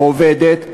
או עובדת,